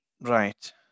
Right